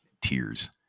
tears